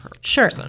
Sure